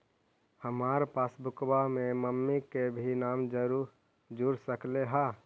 हमार पासबुकवा में मम्मी के भी नाम जुर सकलेहा?